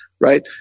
right